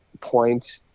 point